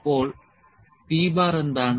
അപ്പോൾ p എന്താണ്